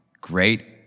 great